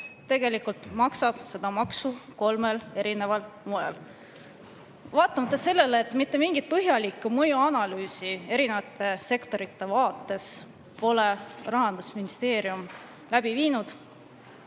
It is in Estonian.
kella.) maksab seda maksu kolmel erineval moel. Vaatamata sellele, et mitte mingit põhjalikku mõjuanalüüsi eri sektorite vaates pole Rahandusministeerium läbi viinud,